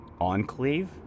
enclave